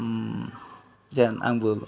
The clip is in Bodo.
जेन आंबो